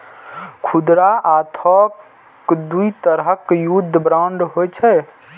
खुदरा आ थोक दू तरहक युद्ध बांड होइ छै